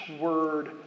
word